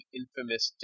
infamous